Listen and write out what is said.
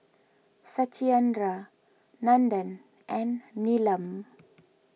Satyendra Nandan and Neelam